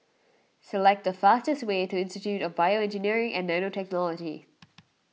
select the fastest way to Institute of BioEngineering and Nanotechnology